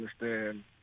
understand